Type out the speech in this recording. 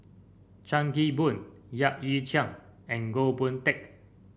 Chan Kim Boon Yap Ee Chian and Goh Boon Teck